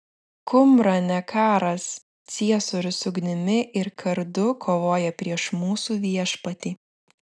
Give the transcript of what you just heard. kumrane karas ciesorius ugnimi ir kardu kovoja prieš mūsų viešpatį